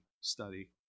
study